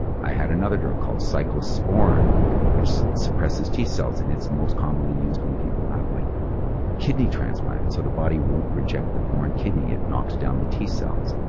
i had another drug called cyclosporine, which suppresses t-cells and it's most commonly used when people have like kidney transplant so the body won't reject the foreign kidney. it knocks down the t-cells.